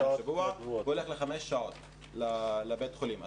השבוע והוא הולך לחמש שעות לבית החולים.